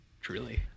Truly